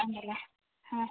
ആണല്ലേ ആ